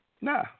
Nah